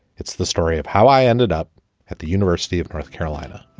it's the story of how i ended up at the university of north carolina